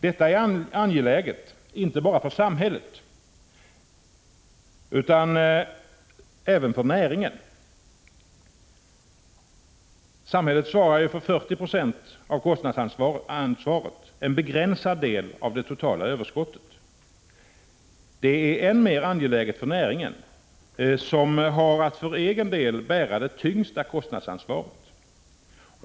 Detta är angeläget inte bara för samhället, som svarar för 40 96 av kostnadsansvaret för spannmålen — en begränsad del av det totala överskottet — utan än mer för näringen som har att för egen del bära det tyngsta kostnadsansvaret.